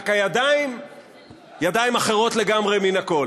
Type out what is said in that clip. רק הידיים ידיים אחרות לגמרי מן הקול.